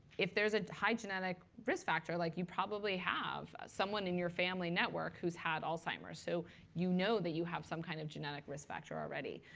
if there's a high genetic risk factor, like you probably have someone in your family network who's had alzheimer's. so you know that you have some kind of genetic risk factor already.